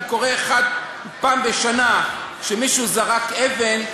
אם קורה פעם בשנה שמישהו זרק אבן,